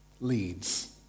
leads